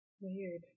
Weird